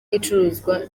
icuruzwa